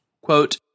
quote